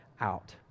out